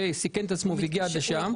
הוא סיכן את עצמו והגיע עד לשם.